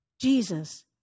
Jesus